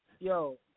Yo